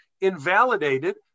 invalidated